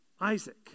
Isaac